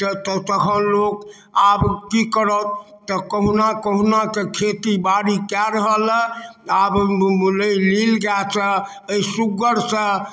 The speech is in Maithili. तऽ तखन लोक आब की करत तऽ कहुना कहुनाके खेतीबाड़ी कए रहलए आब नहि नील गाससँ अइ सुग्गरसँ